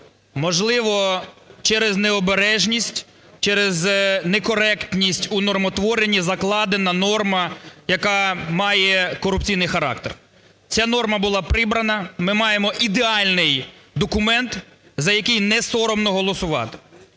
можливо, через необережність, через некоректність у нормотворенні закладена норма, яка має корупційний характер. Ця норма була прибрана, ми маємо ідеальний документ, за який не соромно голосувати.